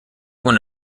one